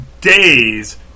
days